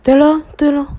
对 lor 对 lor